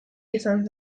izan